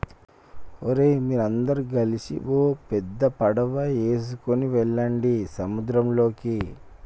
ఓరై మీరందరు గలిసి ఓ పెద్ద పడవ ఎసుకువెళ్ళండి సంద్రంలోకి